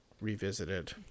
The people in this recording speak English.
Revisited